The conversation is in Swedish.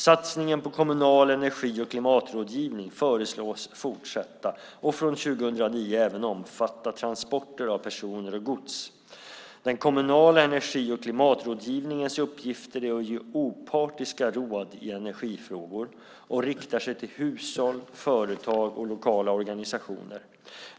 Satsningen på kommunal energi och klimatrådgivning föreslås fortsätta och från 2009 även omfatta transporter av personer och gods. Den kommunala energi och klimatrådgivningens uppgift är att ge opartiska råd i energifrågor och riktar sig till hushåll, företag och lokala organisationer.